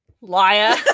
Liar